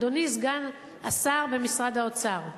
אדוני סגן השר במשרד האוצר,